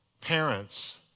parents